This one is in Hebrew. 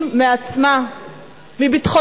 חברת הכנסת רגב,